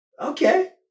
Okay